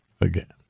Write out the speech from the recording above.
again